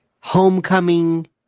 homecoming